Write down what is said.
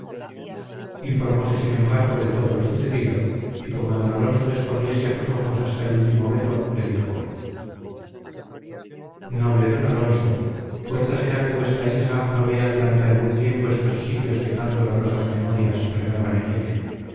informóse sin embargo de todo lo sucedido y como don alonso descorriese a sus ojos hasta el último velo le dijo noble don alonso fuerza será que vuestra hija no vea durante algún tiempo estos sitios que tan dolorosas memorias renuevan en ella